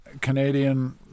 Canadian